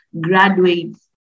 graduates